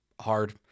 hard